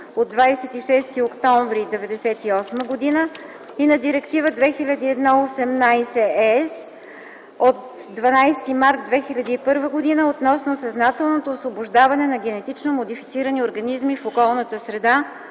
от 26 октомври 1998 г., и на Директива 2001/18/ЕС от 12 март 2001 г. относно съзнателното освобождаване на генетично модифицирани организми в околната среда,